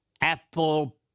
apple